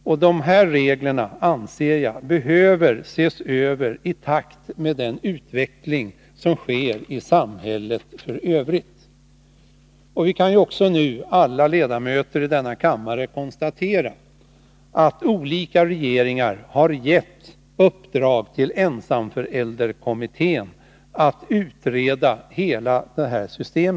Och dessa regler anser jag behöver ses över i takt med den utveckling som sker i samhället f. ö. Alla vi ledamöter i denna kammare kan nu också konstatera att olika regeringar har gett uppdrag till ensamförälderkommittén att utreda hela detta system.